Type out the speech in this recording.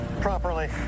properly